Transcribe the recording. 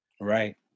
Right